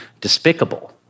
despicable